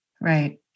Right